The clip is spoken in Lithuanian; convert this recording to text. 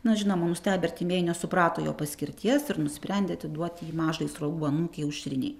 na žinoma nustebę artimieji nesuprato jo paskirties ir nusprendė atiduoti jį mažai sruogų anūkei aušrinei